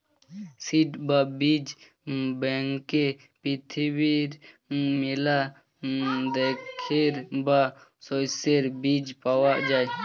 seed বা বীজ ব্যাংকে পৃথিবীর মেলা খাদ্যের বা শস্যের বীজ পায়া যাই